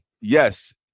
yes